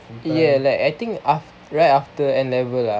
ya like I think aft~ right after N level ah